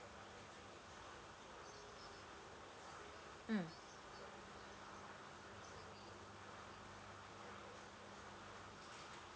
mm